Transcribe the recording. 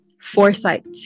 foresight